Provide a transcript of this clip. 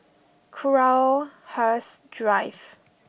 Crowhurst Drive